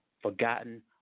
forgotten